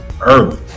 early